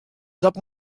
dat